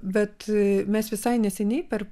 bet mes visai neseniai per